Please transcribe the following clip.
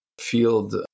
field